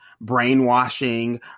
brainwashing